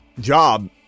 job